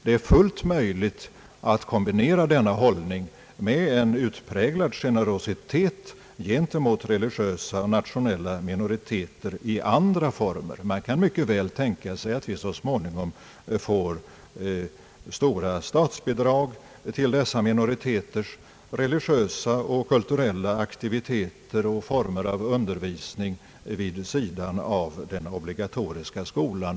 Det är fullt möjligt att kombinera denna hållning med en utpräglad generositet gentemot religiösa och nationella minoriteter i andra former. Man kan mycket väl tänka sig att vi så småningom får stora statsbidrag till dessa minoriteters religiösa och kulturella aktiviteter och former av undervisning vid sidan av den obligatoriska skolan.